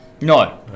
No